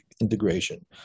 integration